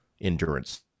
endurance